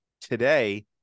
today